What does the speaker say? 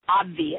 obvious